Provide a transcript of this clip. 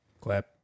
Clap